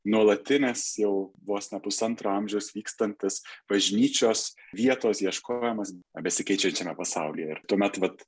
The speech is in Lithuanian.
nuolatinis jau vos ne pusantro amžiaus vykstantis bažnyčios vietos ieškojimas besikeičiančiame pasaulyje ir tuomet vat